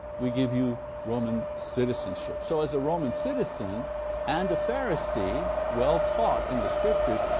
we give you roman citizenship. so as a roman citizen and a pharisee, well taught in the scriptures,